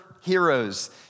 heroes